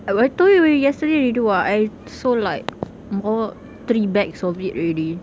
I told you alre~ yesterday already [what] I sold like mor~ three bags of it already